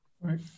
Right